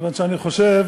כיוון שאני חושב